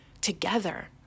together